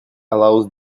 allows